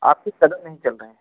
आपके कदम नहीं चल रहे हैं